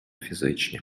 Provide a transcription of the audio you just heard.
фізичні